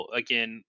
again